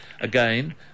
Again